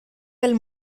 del